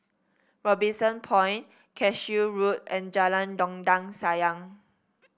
Robinson Point Cashew Road and Jalan Dondang Sayang